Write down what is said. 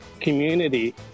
community